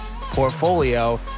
portfolio